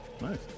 Nice